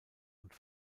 und